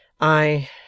I